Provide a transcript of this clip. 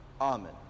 Amen